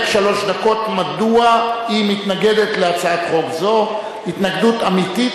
בשלוש דקות מדוע היא מתנגדת להצעת חוק זו התנגדות אמיתית,